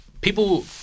people